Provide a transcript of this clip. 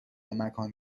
مکان